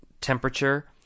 temperature